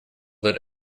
that